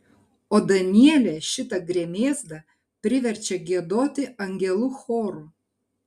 o danielė šitą gremėzdą priverčia giedoti angelų choru